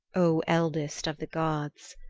o eldest of the gods.